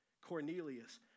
Cornelius